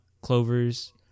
clovers